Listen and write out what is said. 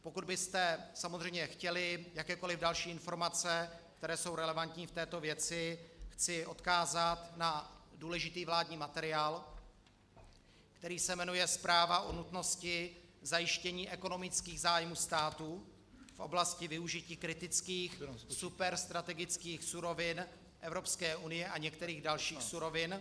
Pokud byste samozřejmě chtěli jakékoli další informace, které jsou relevantní k této věci, chci odkázat na důležitý vládní materiál, který se jmenuje Zpráva o nutnosti zajištění ekonomických zájmů státu v oblasti využití kritických superstrategických surovin Evropské unie a některých dalších surovin.